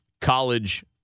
college